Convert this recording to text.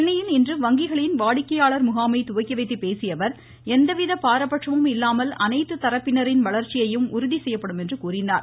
சென்னையில் இன்று வங்கிகளின் வாடிக்கையாளர் முகாமை துவக்கி வைத்துப் பேசிய அவர் எவ்வித பாரபட்சமும் இல்லாமல் அனைத்து தரப்பினரின் வளர்ச்சியையும் உறுதி செய்யப்படும் என்றார்